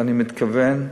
ואני מתכוון,